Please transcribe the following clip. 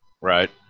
Right